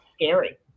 scary